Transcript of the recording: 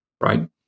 right